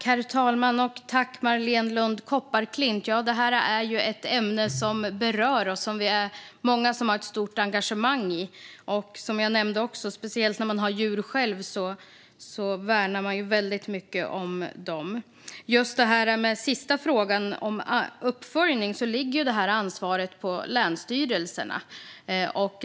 Herr talman! Det här är ett ämne som berör och som många av oss har ett stort engagemang i. Speciellt när man själv har djur värnar man ju väldigt mycket om dem, som jag nämnde. När det gäller den sista frågan, om uppföljning, ligger ansvaret på länsstyrelserna.